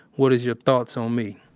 what is your thoughts on me?